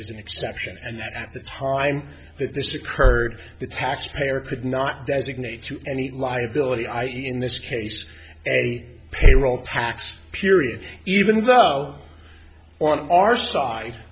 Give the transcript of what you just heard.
is an exception and that at the time that this occurred the taxpayer could not designate to any liability i e in this case a payroll tax period even though on our side